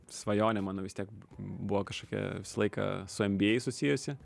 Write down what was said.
svajonė man vis tiek buvo kažkokia visą laiką su nba susijusi